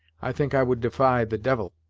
i think i would defy the devil.